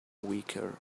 weaker